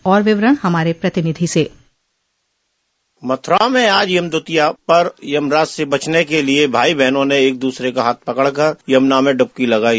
और विवरण हमारे प्रतिनिधि से यम द्वितीया पर यम फांस से बचने के लिए भाई बहनों ने एक द्रसरे का हाथ पकड़कर यमुना में डुबकी लगाई